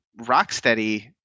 Rocksteady